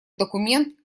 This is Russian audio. документ